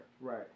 right